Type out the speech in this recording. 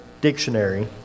Dictionary